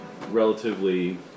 relatively